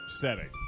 setting